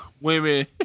women